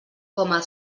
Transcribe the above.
coma